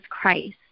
Christ